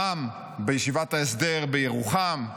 ר"מ בישיבת ההסדר בירוחם,